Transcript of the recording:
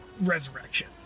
Resurrection